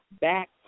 back